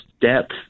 depth